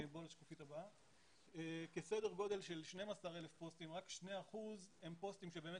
סדר גודל של 12,000 פוסטים רק שני אחוזים הם פוסטים שבאמת